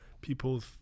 people